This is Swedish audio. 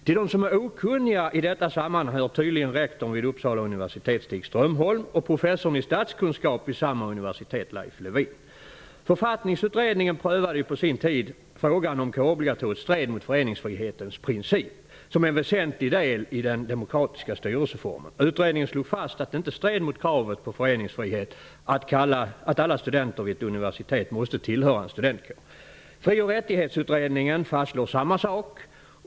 Till de som är okunniga i detta sammanhang hör tydligen rektorn vid Uppsala universitet Stig Författningsutredningen prövade på sin tid frågan om ifall kårobligatoriet stred mot föreningsfrihetens princip som en väsentlig del i den demokratiska styrelseformen. Utredningen slog fast att det inte stred mot kravet på föreningsfrihet att alla studenter vid ett universitet måste tillhöra en studentkår. Fri och rättighetsutredningen fastslår samma sak.